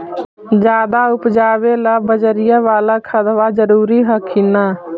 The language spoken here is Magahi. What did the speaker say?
ज्यादा उपजाबे ला बजरिया बाला खदबा जरूरी हखिन न?